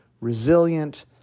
resilient